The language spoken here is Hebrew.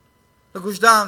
לגוש-דן,